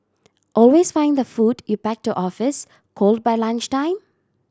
always find the food you pack to office cold by lunchtime